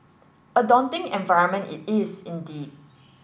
a daunting environment it is indeed